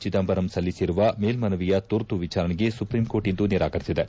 ಚಿದಂಬರಂ ಸಲ್ಲಿಸಿರುವ ಮೇಲ್ಮನವಿಯ ತುರ್ತು ವಿಚಾರಣೆಗೆ ಸುಪ್ರೀಂ ಕೋರ್ಟ್ ಇಂದು ನಿರಾಕರಿಸಿದೆ